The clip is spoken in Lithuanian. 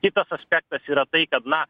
kitas aspektas yra tai kad na